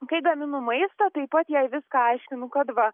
kai gaminu maistą taip pat jai viską aiškinu kad va